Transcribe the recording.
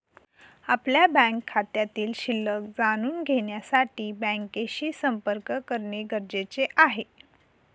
आपल्या बँक खात्यातील शिल्लक जाणून घेण्यासाठी बँकेशी संपर्क करणे गरजेचे आहे